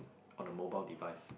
on the mobile devices